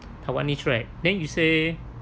taiwanese right then you say